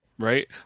Right